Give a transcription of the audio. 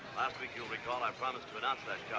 week, you'll recall, i promised to announce and